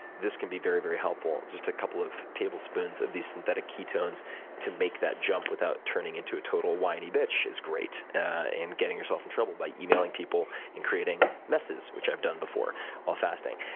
this can be very, very helpful. just a couple of tablespoons of these synthetic ketones to make that jump without turning into a total whiny bitch is great and getting yourself in trouble by emailing people and creating messes, which i've done before while fasting.